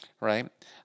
right